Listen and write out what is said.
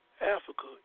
Africa